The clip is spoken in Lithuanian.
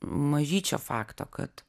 mažyčio fakto kad